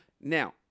now